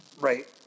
Right